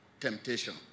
temptation